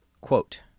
quote